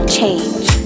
change